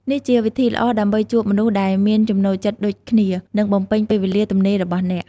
នេះជាវិធីល្អដើម្បីជួបមនុស្សដែលមានចំណូលចិត្តដូចគ្នា និងបំពេញពេលវេលាទំនេររបស់អ្នក។